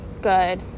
good